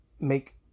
make